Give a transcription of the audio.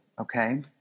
okay